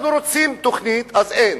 אנחנו רוצים תוכנית, אז אין.